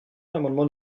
l’amendement